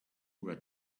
were